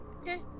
Okay